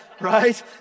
right